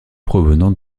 provenant